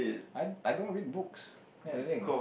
I I don't read books that's the thing